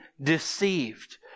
deceived